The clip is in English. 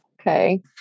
Okay